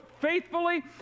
faithfully